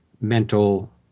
mental